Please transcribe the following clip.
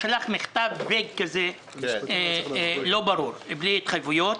הוא שלח מכתב לא ברור, בלי התחייבויות.